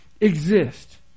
exist